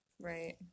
Right